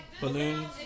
Balloons